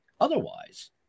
otherwise